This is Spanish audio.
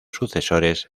sucesores